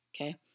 okay